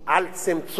על צמצום פערים,